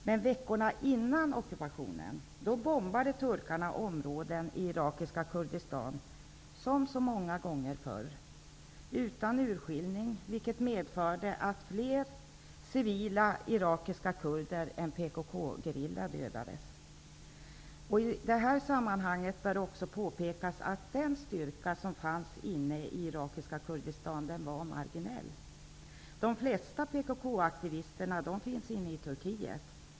Men veckorna innan ockupationen bombade turkarna områden i irakiska Kurdistan, som så många gånger förr, utan urskiljning, vilket medförde att fler civila irakiska kurder än anhängare av PKK-gerillan dödades. I det här sammanhanget bör påpekas att den styrka som fanns inne i irakiska Kurdistan var marginell. De flesta PKK-aktivisterna finns inne i Turkiet.